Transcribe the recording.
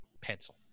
pencil